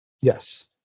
Yes